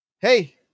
Hey